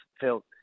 felt